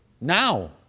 now